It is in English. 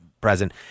present